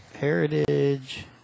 Heritage